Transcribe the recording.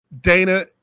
Dana